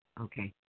Okay